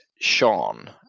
Sean